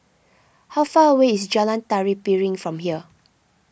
how far away is Jalan Tari Piring from here